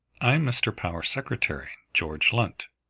i am mr. power's secretary, george lunt,